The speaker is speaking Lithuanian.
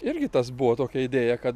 irgi tas buvo tokia idėja kad